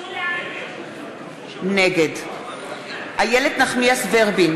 נגד איילת נחמיאס ורבין,